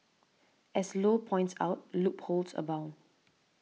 as Low points out loopholes abound